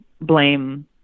blame